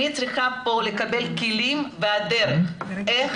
אני צריכה פה לקבל כלים ואת הדרך איך